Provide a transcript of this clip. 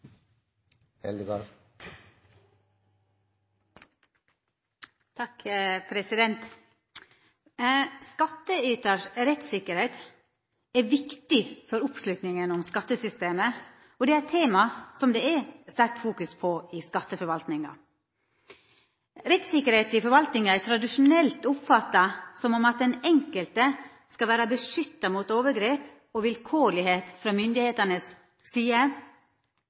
viktig for oppslutninga om skattesystemet. Det er eit tema som ein fokuserer sterkt på i skatteforvaltninga. Rettssikkerheit i forvaltninga er tradisjonelt oppfatta som at den enkelte skal vera beskytta mot overgrep og vilkårlegheit frå myndigheitenes side,